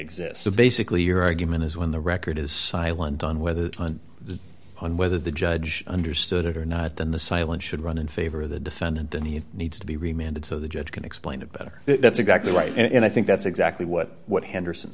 exist so basically your argument is when the record is silent on whether on the on whether the judge understood it or not then the silence should run in favor of the defendant and he needs to be reminded so the judge can explain it better that's exactly right and i think that's exactly what what henderson